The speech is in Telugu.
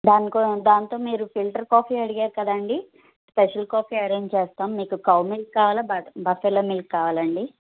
దానికో దాంతో మీరు ఫిల్టర్ కాఫీ అడిగారు కదండి స్పెషల్ కాఫీ అరేంజ్ చేస్తాం మీకు కౌ మిల్క్ కావాలా బఫెలో మిల్క్ కావాలా అండి